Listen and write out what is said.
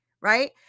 right